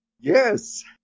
Yes